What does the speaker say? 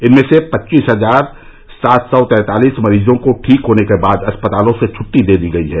इनमें से पच्चीस हजार सात सौ तैंतालीस मरीजों को ठीक होने के बाद अस्पतालों से छुट्टी दे दी गयी है